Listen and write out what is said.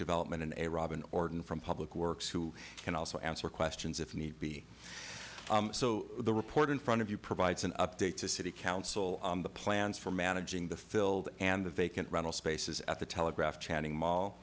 development and a robin orton from public works who can also answer questions if need be so the report in front of you provides an update to city council on the plans for managing the filled and vacant rental spaces at the telegraph channing mall